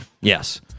Yes